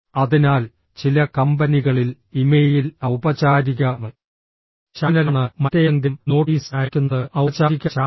അതിനാൽ ചില കമ്പനികളിൽ ഇമെയിൽ ഔപചാരിക ചാനലാണ് മറ്റേതെങ്കിലും നോട്ടീസ് അയയ്ക്കുന്നത് ഔപചാരിക ചാനലാണ്